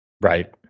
Right